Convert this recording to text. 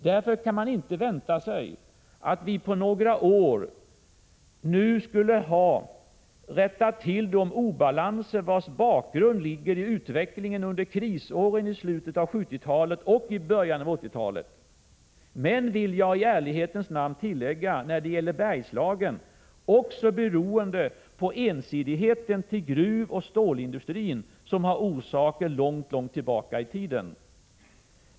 Därför kan man inte vänta sig att vi på några år nu skulle ha kunnat rätta till de obalanser, vilkas bakgrund ligger i utvecklingen under krisåren i slutet av 1970-talet och början av 1980-talet. Men — det vill jag i ärlighetens namn tillägga — när det gäller Bergslagen beror svårigheterna också på ensidigheten i gruvoch stålindustrin, och orsakerna ligger långt tillbaka i tiden.